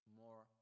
more